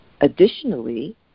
Additionally